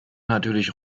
natürlich